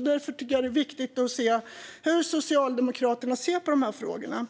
Det är viktigt att få veta hur Socialdemokraterna ser på de här frågorna.